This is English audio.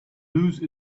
lose